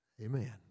Amen